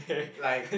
like